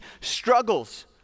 struggles